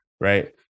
right